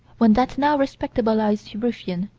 when that now respectabilized ruffian,